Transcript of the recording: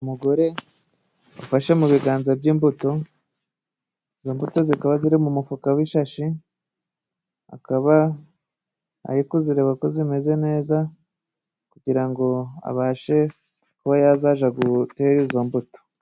Umugore ufashe mu biganza bye imbuto. Imbuto zikaba ziri mu mufuka w'ishashi, akaba ari kuzireba ko zimeze neza, kugira ngo abashe kuba yazaja gutera izo mbuto.